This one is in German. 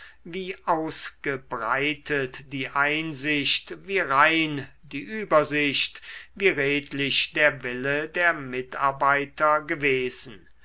wie ausgebreitet die einsicht wie rein die übersicht wie redlich der wille der mitarbeiter gewesen